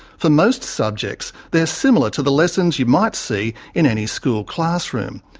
for most subjects, they're similar to the lessons you might see in any school classroom.